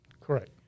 Correct